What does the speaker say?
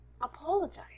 apologize